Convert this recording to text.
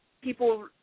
people